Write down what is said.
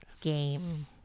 Game